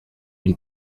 une